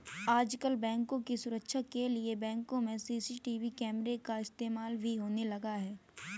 आजकल बैंकों की सुरक्षा के लिए बैंकों में सी.सी.टी.वी कैमरा का इस्तेमाल भी होने लगा है